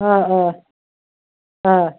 अ अ